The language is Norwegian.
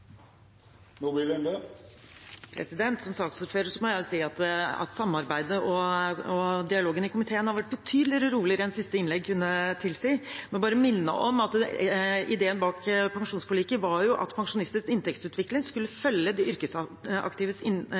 dialogen i komiteen har vært betydelig roligere enn siste innlegg kunne tilsi. Jeg må bare minne om at ideen bak pensjonsforliket var at pensjonistenes inntektsutvikling skulle følge de yrkesaktives